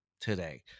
today